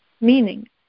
Meaning